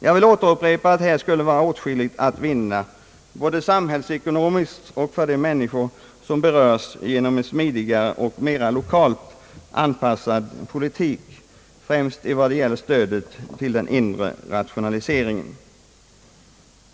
Jag vill återupprepa att här skulle vara åtskilligt att vinna både samhällsekonomiskt och för de berörda människorna genom en smidigare och mera lokalt anpassad politik främst vad gäller stödet till den inre rationaliseringen.